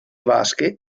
vasche